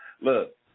look